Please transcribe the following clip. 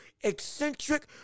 eccentric